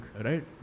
right